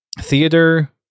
Theater